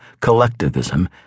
collectivism